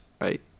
right